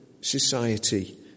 society